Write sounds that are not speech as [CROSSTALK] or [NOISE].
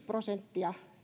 [UNINTELLIGIBLE] prosenttia